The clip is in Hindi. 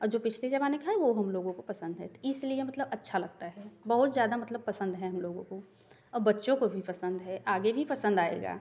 और जो पिछले ज़माने के हैं वह हम लोगों को पसंद है इसलिए मतलब अच्छा लगता है बहुत ज़्यादा मतलब पसंद हैं हम लोगों को और बच्चो को भी पसंद है आगे भी पसंद आएगा